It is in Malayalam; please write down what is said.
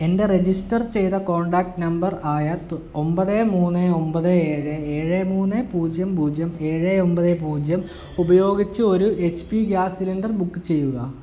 എൻ്റെ രജിസ്റ്റർ ചെയ്ത കോൺടാക്റ്റ് നമ്പർ ആയ തൊ ഒമ്പത് മൂന്ന് ഒമ്പത് ഏഴ് ഏഴ് മൂന്ന് പൂജ്യം പൂജ്യം ഏഴ് ഒമ്പത് പൂജ്യം ഉപയോഗിച്ച് ഒരു H P gas cylinder book ചെയ്യുക